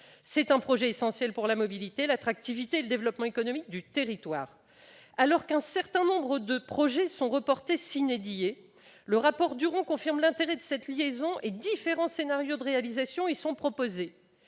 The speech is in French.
C'est un projet essentiel pour la mobilité, l'attractivité et le développement économique du territoire. Alors qu'un certain nombre de projets sont reportés, le rapport Duron confirme l'intérêt de cette liaison et différents scénarios de réalisation y sont proposés.